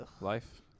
life